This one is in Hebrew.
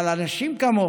אבל אנשים כמוך,